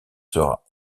sera